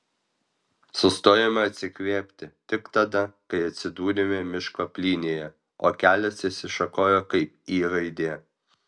sustojome atsikvėpti tik tada kai atsidūrėme miško plynėje o kelias išsišakojo kaip y raidė